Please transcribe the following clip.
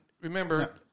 remember